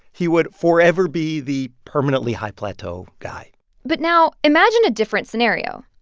he would forever be the permanently-high-plateau guy but now imagine a different scenario.